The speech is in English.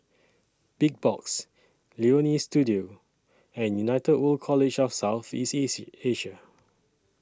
Big Box Leonie Studio and United World College of South East Asia